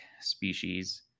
species